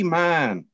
man